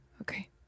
okay